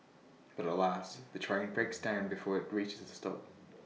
but alas the train breaks down before IT reaches the stop